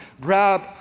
grab